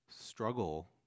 struggle